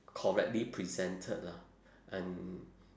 correctly presented lah and